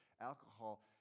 alcohol